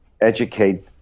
educate